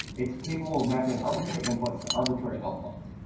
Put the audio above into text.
it's capable of mapping arbitrary inputs to arbitrary outputs.